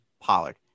Pollard